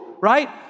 Right